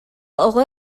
оҕо